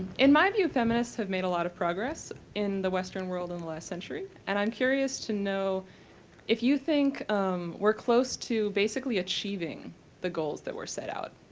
in my view, feminists have made a lot of progress in the western world in the last century, and i'm curious to know if you think we're close to basically achieving the goals that were set out,